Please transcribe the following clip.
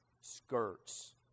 skirts